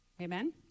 Amen